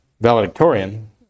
valedictorian